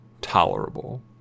tolerable